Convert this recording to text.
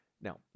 Now